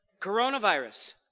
Coronavirus